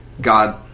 God